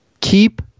Keep